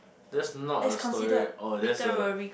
that's not a story oh that's a